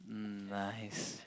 mm nice